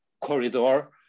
Corridor